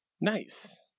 Nice